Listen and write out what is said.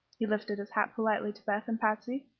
he lifted his hat politely to beth and patsy,